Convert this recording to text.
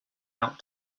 out